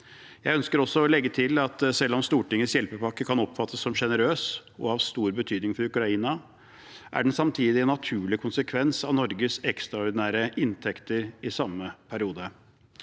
Jeg ønsker også å legge til at selv om Stortingets hjelpepakke kan oppfattes som sjenerøs og av stor betydning for Ukraina, er den samtidig en naturlig konsekvens av Norges ekstraordinære inntekter i samme periode.